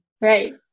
Right